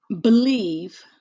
believe